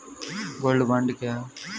Gold bond क्या है?